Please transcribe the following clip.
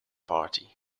party